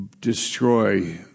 destroy